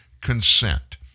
consent